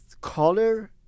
color